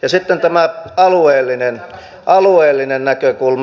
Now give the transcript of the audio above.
ja sitten tämä alueellinen näkökulma